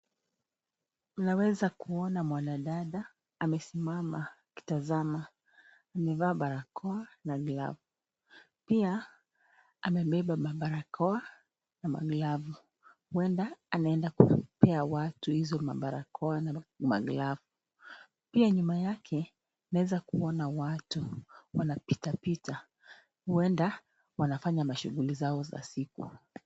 Naweza kuona mwanadada amesimama akitazama. Amevaa barakoa na glavu pia amebeba mabarakoa na maglavu huenda anaenda kupea watu hizo mabarakoa na maglavu pia nyuma yake naeza kuona watu wanapitapita huenda wanafanya mashuguli zao za siku.